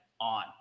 on